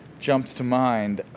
jumps to mind.